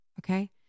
okay